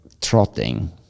trotting